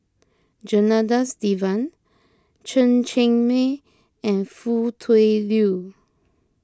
Janadas Devan Chen Cheng Mei and Foo Tui Liew